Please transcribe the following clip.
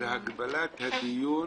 בהגבלת הדיון